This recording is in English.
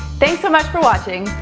thanks so much for watching,